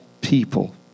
people